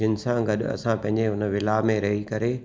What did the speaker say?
जिनि सां गॾु असां पंहिंजे विला में रही करे